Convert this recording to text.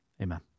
amen